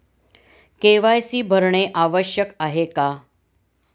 KYC भरणे आवश्यक आहे का?